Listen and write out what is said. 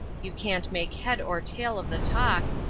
you can't make head or tail of the talk,